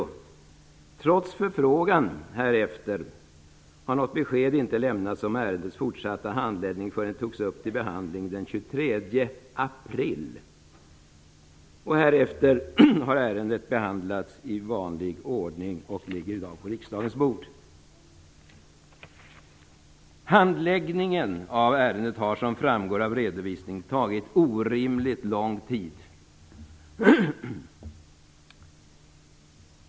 Trots förfrågan härefter har något besked inte lämnats om ärendets fortsatta handläggning förrän det togs upp till behandling den 23 april. Härefter har ärendet behandlats i vanlig ordning och ligger i dag på riksdagens bord. Handläggningen av ärendet har, som framgår av redovisningen, tagit orimligt lång tid.